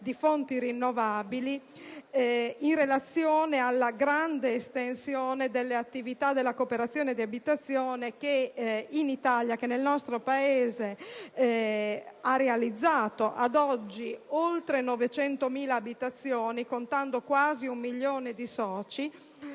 di fonti rinnovabili, in relazione alla grande estensione delle attività della cooperazione di abitazione, che nel nostro Paese ha realizzato, ad oggi, oltre 900.000 abitazioni, contando quindi quasi un milione di soci.